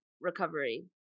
recovery